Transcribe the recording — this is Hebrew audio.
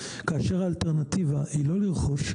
כאשר האלטרנטיבה היא לא לרכוש,